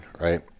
right